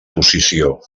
posició